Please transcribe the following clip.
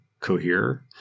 cohere